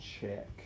check